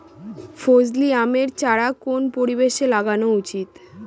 ফজলি আমের চারা কোন পরিবেশে লাগানো উচিৎ?